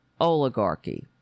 oligarchy